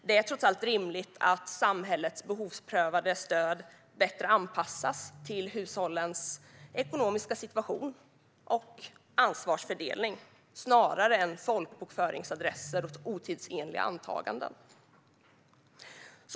Det är trots allt rimligt att samhällets behovsprövade stöd bättre anpassas till hushållens ekonomiska situation och ansvarsfördelning snarare än till folkbokföringsadresser och otidsenliga antaganden.